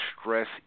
stress